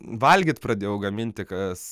valgyt pradėjau gaminti kas